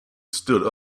stood